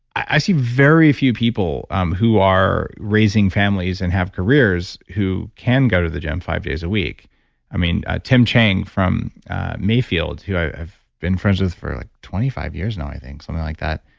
i see very few people um who are raising families and have careers, who can go to the gym five days a week i mean, tim chang from mayfield, who i've been friends with for like twenty five years now i think, something like that,